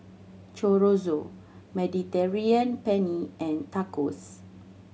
Chorizo Mediterranean Penne and Tacos